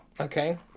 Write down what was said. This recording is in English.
okay